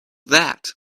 that